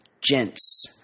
Gents